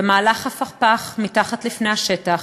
במהלך הפכפך מתחת לפני השטח,